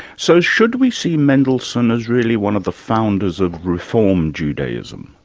so, should we see mendelssohn as really one of the founders of reform judaism?